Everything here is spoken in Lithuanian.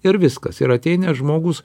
ir viskas ir ateina žmogus